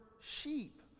sheep